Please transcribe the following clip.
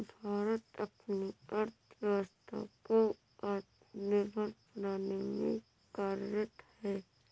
भारत अपनी अर्थव्यवस्था को आत्मनिर्भर बनाने में कार्यरत है